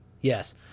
Yes